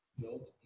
built